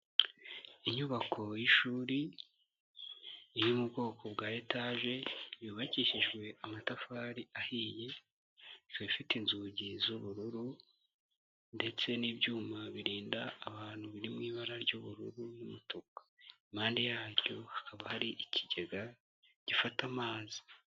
Inyubako y'ishuri, iri mu bwoko bwa etaje, yubakishijwe amatafari ahiye, ifite inzugi z'ubururu ndetse n'ibyuma birinda abantu biri mu ibara ry'ubururu n'umutuku, impande yaryo hakaba hari ikigega gifata amazi.